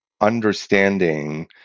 understanding